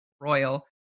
Royal